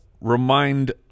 remind